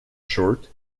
short